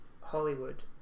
Hollywood